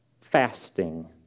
fasting